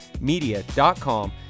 media.com